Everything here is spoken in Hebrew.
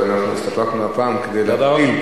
אז אנחנו הסתפקנו הפעם כדי להגביל,